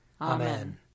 Amen